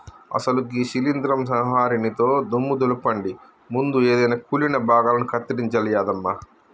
అసలు గీ శీలింద్రం సంహరినితో దుమ్ము దులపండి ముందు ఎదైన కుళ్ళిన భాగాలను కత్తిరించాలి యాదమ్మ